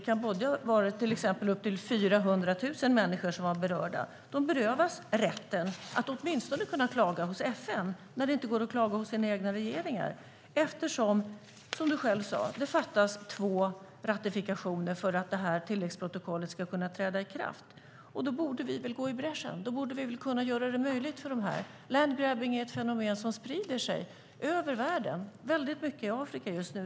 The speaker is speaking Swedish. I Kambodja var det till exempel upp till 400 000 människor som var berörda. De berövas rätten att åtminstone kunna klaga hos FN när det inte går att klaga hos deras egna regeringar. Som du själv sade fattas två ratificeringar för att tilläggsprotokollet ska kunna träda i kraft. Då borde vi gå i bräschen och kunna göra det möjligt för dessa människor. Landgrabbing är ett fenomen som just nu sprider sig väldigt mycket över världen och väldigt mycket i Afrika just nu.